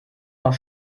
noch